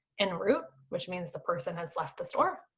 in route, which means the person has left the store,